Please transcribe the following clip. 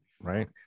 right